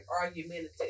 argumentative